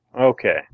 Okay